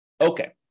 Okay